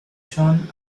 john